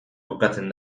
kokatzen